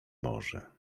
może